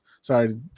Sorry